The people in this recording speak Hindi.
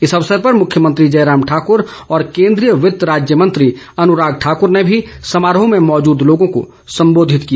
इस अवसर पर मुख्यमंत्री जयराम ठाकूर और केंद्रीय वित्त राज्य मंत्री अनुराग ठाकर ने भी समारोह में मौजूद लोगों को सम्बोधित किया